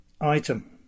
Item